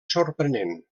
sorprenent